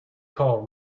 call